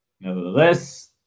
Nevertheless